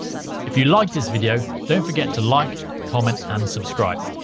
if you like this video don't forget to like comment and subscribe.